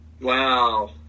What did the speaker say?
Wow